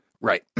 Right